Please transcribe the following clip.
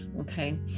okay